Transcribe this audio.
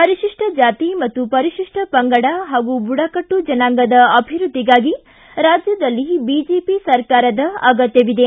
ಪರಿಶಿಷ್ಟ ಜಾತಿ ಮತ್ತು ಪರಿಶಿಷ್ಟ ಪಂಗಡ ಹಾಗೂ ಬುಡಕಟ್ಟು ಜನಾಂಗದ ಅಭಿವೃದ್ಧಿಗಾಗಿ ರಾಜ್ಯದಲ್ಲಿ ಬಿಜೆಪಿ ಸರ್ಕಾರದ ಅಗತ್ಯವಾಗಿದೆ